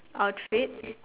outfit